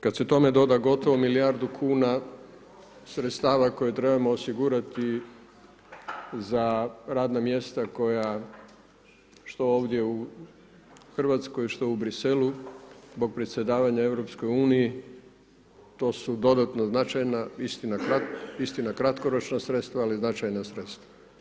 Kada se tome doda gotovo milijardu kuna sredstava koje trebamo osigurati za radna mjesta koja što ovdje u Hrvatskoj, što u Bruxellesu zbog predsjedavanja EU to su dodatno značajna, istina, kratkoročna sredstva, ali značajna sredstva.